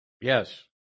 Yes